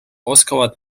oskavad